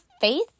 faith